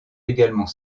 également